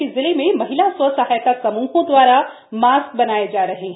कि जिले में महिला स्वसहायता समूहों दवारा मास्क बनाए जा रहे हैं